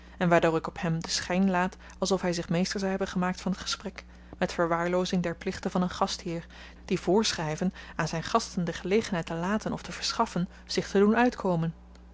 en waardoor ik op hem den schyn laad alsof hy zich meester zou hebben gemaakt van t gesprek met verwaarloozing der plichten van een gastheer die voorschryven aan zyn gasten de gelegenheid te laten of te verschaffen zich te doen uitkomen